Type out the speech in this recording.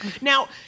Now